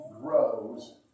grows